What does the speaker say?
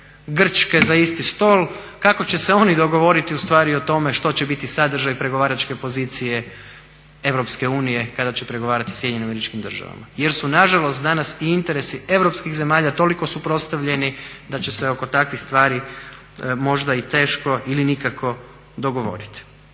Grčke za isti stol kako će se oni dogovoriti ustvari o tome što će biti sadržaj pregovaračke pozicije EU kada će pregovarati sa SAD-om. Jer su nažalost danas i interesi europskih zemalja toliko suprotstavljeni da će se oko takvih stvari možda i teško ili nikako dogovoriti.